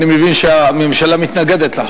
אני מבין שהממשלה מתנגדת להצעת החוק.